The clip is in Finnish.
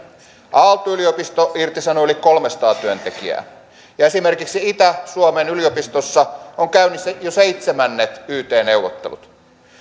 aalto yliopisto irtisanoo yli kolmesataa työntekijää ja esimerkiksi itä suomen yliopistossa on käynnissä jo seitsemännet yt neuvottelut